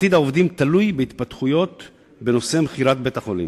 עתיד העובדים תלוי בהתפתחויות בנושא מכירת בית-החולים.